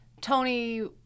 Tony